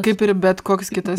kaip ir bet koks kitas